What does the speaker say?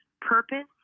purpose